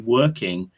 working